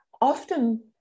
often